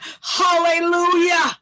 Hallelujah